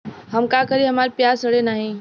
हम का करी हमार प्याज सड़ें नाही?